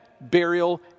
burial